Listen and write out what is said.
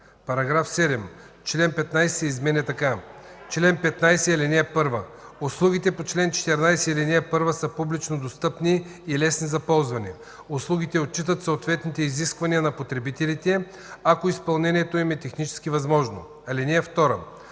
„§ 7. Член 15 се изменя така: „Чл. 15. (1) Услугите по чл. 14, ал. 1 са публично достъпни и лесни за ползване. Услугите отчитат съответните изисквания на потребителите, ако изпълнението им е технически възможно. (2)